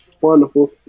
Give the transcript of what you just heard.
wonderful